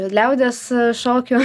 liaudies šokių